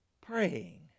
Praying